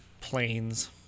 planes